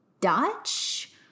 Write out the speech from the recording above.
dutch